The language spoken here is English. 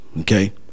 Okay